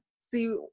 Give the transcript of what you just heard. see